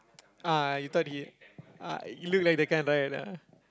ah you thought he ah he look like the kind right ah